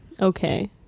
Okay